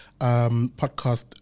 podcast